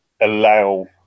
allow